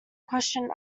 question